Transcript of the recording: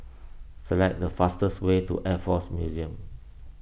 select the fastest way to Air force Museum